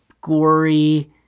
gory